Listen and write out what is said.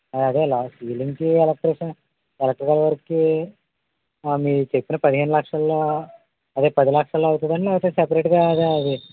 అదే లాస్ట్ సీలింగ్కి electrician electrical వర్క్కి ఆ మీరు చెప్పిన పదిహేను లక్షల్లో అదే పది లక్షల్లో అవుతుందాండి లేకపోతే సెపరేట్గా అదా అది